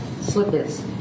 slippers